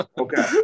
okay